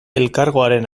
elkargoaren